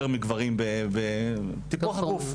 סליחה שאני אומר את זה אבל נשים תמיד ישקיעו יותר מגברים בטיפוח הגוף.